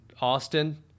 Austin